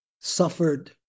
suffered